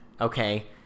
Okay